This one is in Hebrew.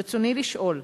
רצוני לשאול: